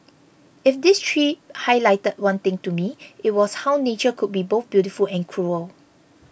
if this trip highlight one thing to me it was how nature could be both beautiful and cruel